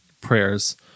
prayers